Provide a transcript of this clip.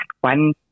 one